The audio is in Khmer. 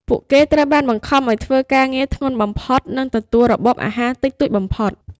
ពួកគេត្រូវបានបង្ខំឱ្យធ្វើការងារធ្ងន់បំផុត និងទទួលរបបអាហារតិចតួចបំផុត។